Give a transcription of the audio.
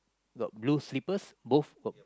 got blue slippers both got